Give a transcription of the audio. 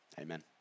amen